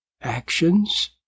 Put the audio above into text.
actions